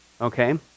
okay